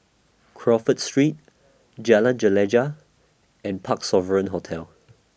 Crawford Street Jalan Gelegar and Parc Sovereign Hotel